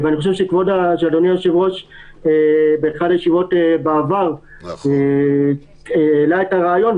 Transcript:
אני חושב שאדוני היושב-ראש באחת הישיבות בעבר העלה את הרעיון,